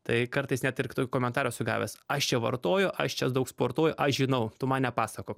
tai kartais net ir tokių komentarų esu gavęs aš čia vartoju aš čia daug sportuoju aš žinau tu man nepasakok